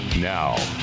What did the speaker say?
Now